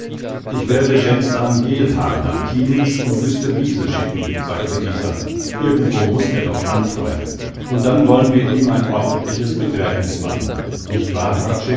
ich werde gensdarm geelhaar nach kienitz und güstebiese schicken sagte dieser irgendwo muß er doch antreiben und dann wollen wir ihm ein ordentliches begräbniß machen nicht wahr